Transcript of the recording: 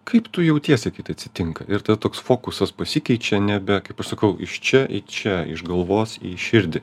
kaip tu jautiesi kai tai atsitinka ir ta toks fokusas pasikeičia nebe kaip aš sakau iš čia į čia iš galvos į širdį